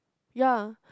ya